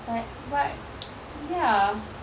but but ya